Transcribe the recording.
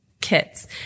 kits